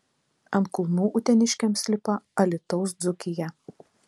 ant kulnų uteniškiams lipa alytaus dzūkija